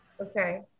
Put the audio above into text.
okay